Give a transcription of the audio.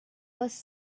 was